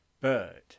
bird